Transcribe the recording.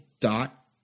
dot